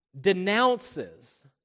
denounces